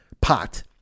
pot